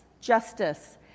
justice